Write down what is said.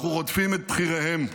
אנחנו רודפים את בכיריהם.